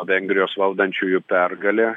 vengrijos valdančiųjų pergalė